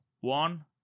one